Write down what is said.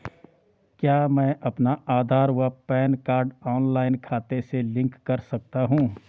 क्या मैं अपना आधार व पैन कार्ड ऑनलाइन खाते से लिंक कर सकता हूँ?